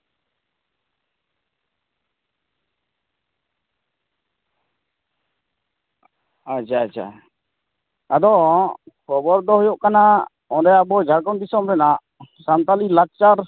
ᱟᱪᱪᱷᱟ ᱟᱪᱪᱷᱟ ᱟᱫᱚ ᱠᱷᱚᱵᱚᱨ ᱫᱚ ᱦᱩᱭᱩᱜ ᱠᱟᱱᱟ ᱚᱸᱰᱮ ᱟᱵᱚ ᱡᱷᱟᱲ ᱠᱷᱚᱱ ᱫᱤᱥᱚᱢ ᱨᱮᱱᱟᱜ ᱥᱟᱱᱛᱟᱲᱤ ᱞᱟᱠᱪᱟᱨ